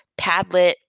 Padlet